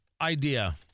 idea